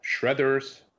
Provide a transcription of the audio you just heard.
Shredders